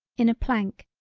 in a plank,